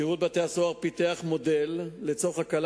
שירות בתי-הסוהר פיתח מודל לצורך הקלה